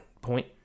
point